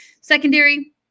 Secondary